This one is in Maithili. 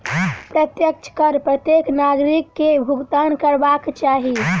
प्रत्यक्ष कर प्रत्येक नागरिक के भुगतान करबाक चाही